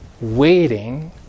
waiting